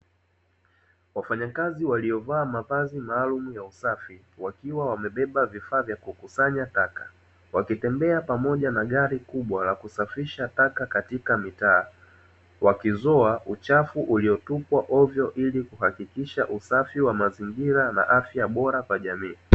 Wafanyakazi waliovaa mavazi maalumu ya usafi, wakiwa wamebeba vifaa vya kukusanya taka, wakitembea pamoja na gari kubwa la kusafisha taka katika mitaa, wakizoa uchafu uliotupwa hovyo ili kuhakikisha usafi wa mazingira na afya bora kwa jamii.